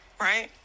right